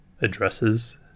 addresses